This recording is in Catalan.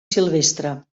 silvestre